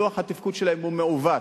לוח התפקוד שלהם הוא מעוות.